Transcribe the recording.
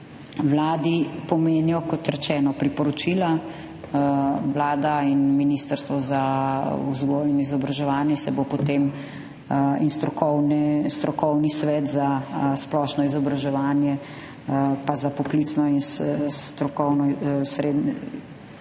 Vladi pomenijo, kot rečeno, priporočila. Vlada in Ministrstvo za vzgojo in izobraževanje in Strokovni svet za splošno izobraževanje pa za poklicno in strokovno